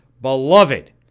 beloved